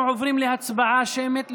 אנחנו עוברים להצבעה שמית,